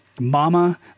Mama